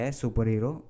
superhero